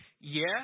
yes